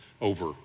over